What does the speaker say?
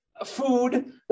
Food